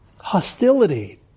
Hostility